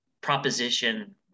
proposition